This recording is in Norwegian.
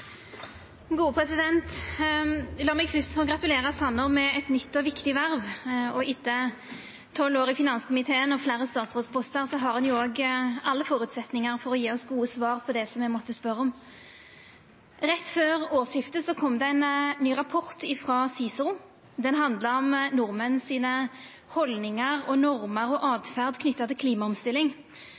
La meg fyrst få gratulera Sanner med eit nytt og viktig verv. Etter tolv år i finanskomiteen og fleire statsrådspostar har han jo alle føresetnader for å gje oss gode svar på det som me måtte spørja om. Rett før årsskiftet kom det ein ny rapport frå CICERO. Den handla om nordmenn sine haldningar, normer og åtferd knytte til klimaomstilling.